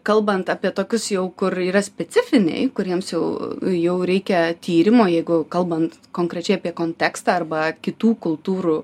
kalbant apie tokius jau kur yra specifiniai kuriems jau jau reikia tyrimo jeigu kalbant konkrečiai apie kontekstą arba kitų kultūrų